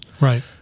Right